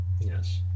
yes